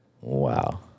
Wow